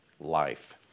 Life